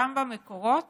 גם במקורות